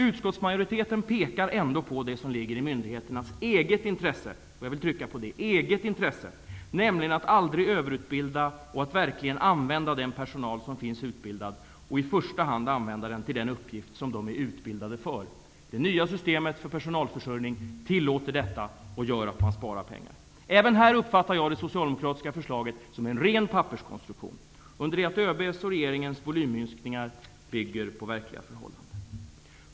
Utskottsmajoriteten pekar ändå på det som ligger i myndigheternas eget intresse, nämligen att aldrig överutbilda och att verkligen använda den personal som finns utbildad och i första hand använda den till den uppgift som den är utbildad för. Det nya systemet för personalförsörjning tillåter detta och gör att man spar pengar. Även här uppfattar jag det socialdemokratiska förslaget som en ren papperskonstruktion, under det att ÖB:s och regeringens volymminskningar bygger på verkliga förhållanden.